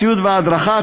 הציוד וההדרכה,